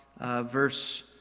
verse